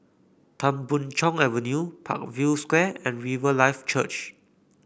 Tan Boon Chong Avenue Parkview Square and Riverlife Church